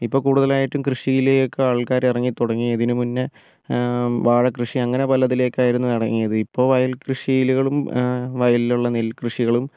ഇപ്പോൾ കൂടുതലായിട്ടും കൃഷിയിലേക്ക് ആൾക്കാർ ഇറങ്ങി തുടങ്ങി ഇതിന് മുന്നേ വാഴ കൃഷി അങ്ങനെ പലതിലേക്ക് ആയിരുന്നു ഇറങ്ങിയത് ഇപ്പോൾ വയൽ കൃഷിയിലുകളും വയലിലുള്ള നെൽക്കൃഷികളും